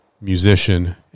musician